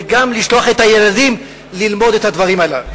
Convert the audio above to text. וגם לשלוח את הילדים ללמוד את הדברים הללו,